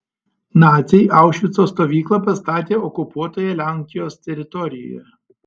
naciai aušvico stovyklą pastatė okupuotoje lenkijos teritorijoje